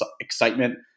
excitement –